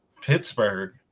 Pittsburgh